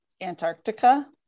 antarctica